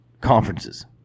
conferences